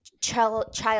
child